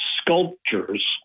sculptures